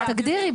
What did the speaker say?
תגדירי,